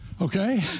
okay